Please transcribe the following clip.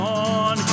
on